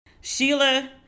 Sheila